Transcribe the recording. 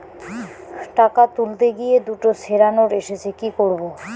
টাকা তুলতে গিয়ে দুটো ছেড়া নোট এসেছে কি করবো?